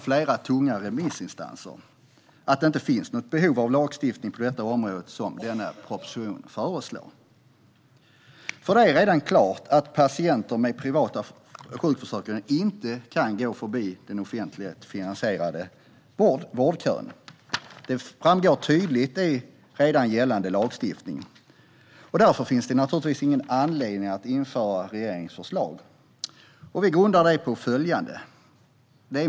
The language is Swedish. Flera tunga remissinstanser anser att det inte behövs någon lagstiftning på detta område som föreslås i denna proposition. Det är redan klart att patienter med privata sjukförsäkringar inte kan gå förbi den offentligt finansierade vårdkön. Det framgår tydligt i redan gällande lagstiftning. Därför finns det naturligtvis inte någon anledning att införa regeringens förslag. Vi grundar det på följande.